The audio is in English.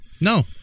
No